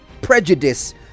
prejudice